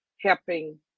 helping